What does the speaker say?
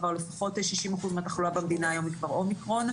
ככל הנראה כ-60% מהתחלואה במדינה היום היא כבר אומיקרון.